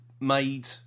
made